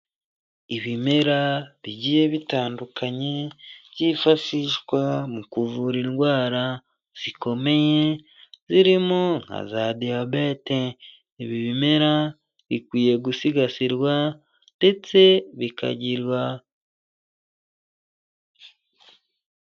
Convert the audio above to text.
Ibimeragiye bitandukanye byifashishwa mu kuvura indwara zikomeye zirimo nka za diyabete, ibimera bikwiye gusigasirwa ndetse bikagirwa.